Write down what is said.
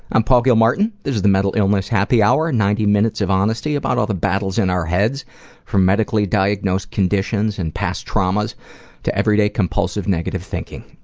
i'm paul gilmartin and this is the mental illness happy hour, ninety minutes of honesty about all the battles in our heads from medically diagnosed conditions and past traumas to everyday compulsive, negative thinking.